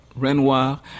Renoir